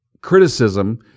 criticism